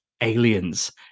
aliens